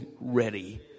ready